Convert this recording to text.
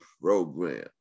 program